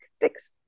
fix